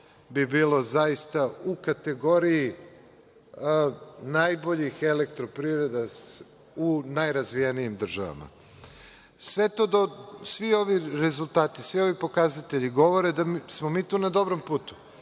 bi bilo zaista u kategoriji najboljih elektroprivreda u najrazvijenijim državama. Svi ovi rezultati, svi ovi pokazatelji govore da smo mi tu na dobrom putu.